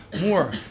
more